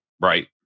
right